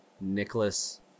Nicholas